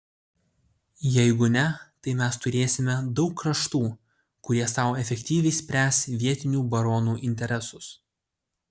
jeigu ne tai mes turėsime daug kraštų kurie sau efektyviai spręs vietinių baronų interesus